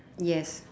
yes